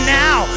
now